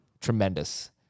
Tremendous